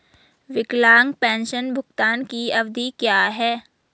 विकलांग पेंशन भुगतान की अवधि क्या है?